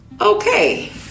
Okay